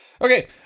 Okay